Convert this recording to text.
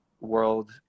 world